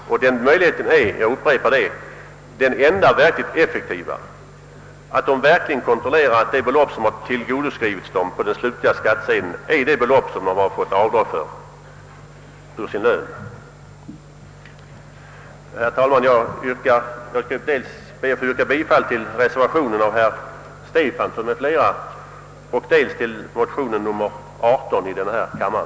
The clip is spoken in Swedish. Det enda verkligt effektiva är — jag upprepar det — att löntagarna verkligen kontrollerar att det belopp som gottskrivits dem på den slutliga skattsedeln är det belopp som dragits av på deras lön. Herr talman! Jag yrkar bifall till dels reservationen av herr Stefanson m.fl., dels till motionen nr 18 i denna kammare.